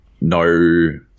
No